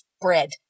bread